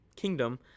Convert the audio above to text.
Kingdom